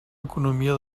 economia